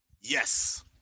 Yes